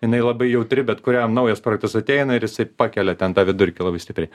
jinai labai jautri bet kuriam naujas projektas ateina ir jisai pakelia ten tą vidurkį labai stipriai